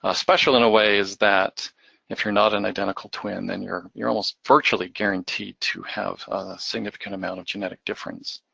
ah special in a way is that if you're not an identical twin then you're you're almost virtually guaranteed to have a significant amount of genetic difference.